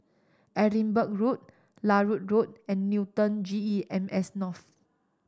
Edinburgh Road Larut Road and Newton G E M S North